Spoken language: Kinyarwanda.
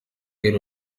iri